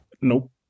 Nope